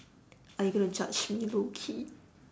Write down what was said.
are you gonna judge me low key